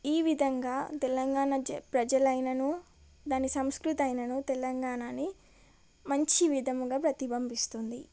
ఈ విధంగా తెలంగాణ జ ప్రజలైనను దాని సంస్కృతి అయినను తెలంగాణని మంచి విధముగా ప్రతిబింబిస్తుంది